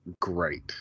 great